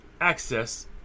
access